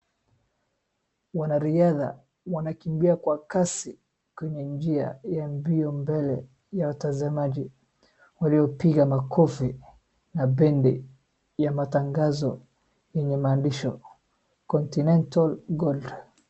Wanariadha wanakimbia kwa kasi kwenye njia ya mbio mbele ya watazamaji waliopiga makofi na pendi ya matangazo yenye maandisho Continental Gold .